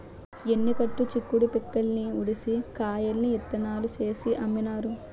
ఎన్ని కట్టు చిక్కుడు పిక్కల్ని ఉడిసి కాయల్ని ఇత్తనాలు చేసి అమ్మినారు